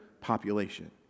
population